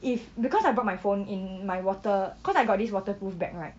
if because I brought my phone in my water because I got this waterproof bag right